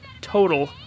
total